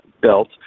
built